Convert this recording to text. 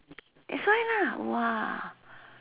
that's why lah !wah!